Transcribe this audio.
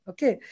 Okay